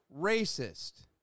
racist